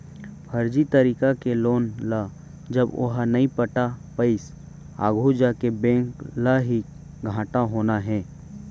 फरजी तरीका के लोन ल जब ओहा नइ पटा पाइस आघू जाके बेंक ल ही घाटा होना हे